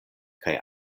kaj